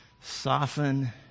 soften